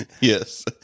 Yes